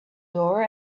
door